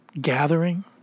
gathering